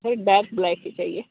नहीं back black ही चाहिए